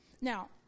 Now